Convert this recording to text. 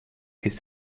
his